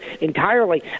entirely